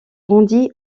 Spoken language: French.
rendit